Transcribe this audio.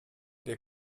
der